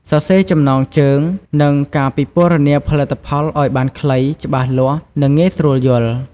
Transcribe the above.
សរសេរចំណងជើង និងការពិពណ៌នាផលិតផលឱ្យបានខ្លី ច្បាស់លាស់ និងងាយស្រួលយល់។